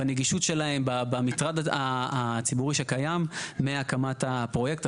בנגישות שלהם, במטרד הציבורי שקיים מהקמת הפרויקט.